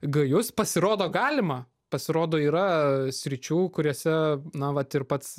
gajus pasirodo galima pasirodo yra sričių kuriose na vat ir pats